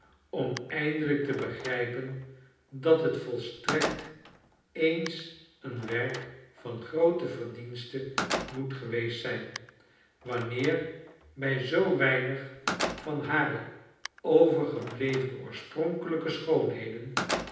om eindelijk te begrijpen dat het volstrekt ens een werk van groote verdiensten moet geweest zijn wanneer bij zoo weinig van hare overgebleven oorspronkelijke schoonheden